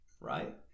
right